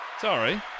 Sorry